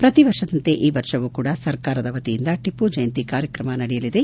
ಪ್ರತಿ ವರ್ಷದಂತೆ ಈ ವರ್ಷವೂ ಕೂಡ ಸರ್ಕಾರದ ವತಿಯಿಂದ ಟಿಪ್ಪು ಜಯಂತಿ ಕಾರ್ಯಕ್ರಮ ನಡೆಯಲಿದೆ